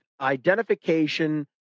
identification